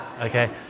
okay